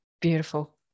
Beautiful